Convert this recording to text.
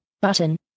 Button